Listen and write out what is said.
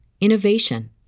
innovation